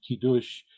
Kiddush